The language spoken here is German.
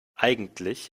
eigentlich